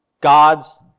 God's